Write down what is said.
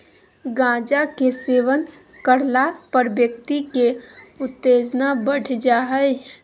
गांजा के सेवन करला पर व्यक्ति के उत्तेजना बढ़ जा हइ